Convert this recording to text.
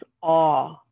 awe